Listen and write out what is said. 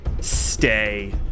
stay